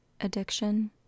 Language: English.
addiction